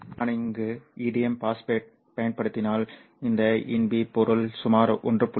நான் இங்கு இண்டியம் பாஸ்பேட்டைப் பயன்படுத்தினால் இந்த InP பொருள் சுமார் 1